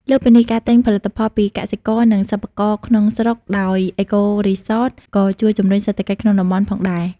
លើសពីនេះ ការទិញផលិតផលពីកសិករ និងសិប្បករក្នុងស្រុកដោយ អេកូរីសត ក៏ជួយជំរុញសេដ្ឋកិច្ចក្នុងតំបន់ផងដែរ។